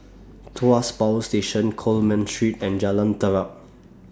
Tuas Power Station Coleman Street and Jalan Terap